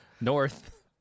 north